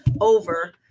over